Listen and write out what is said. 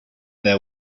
their